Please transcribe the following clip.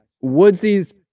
Woodsy's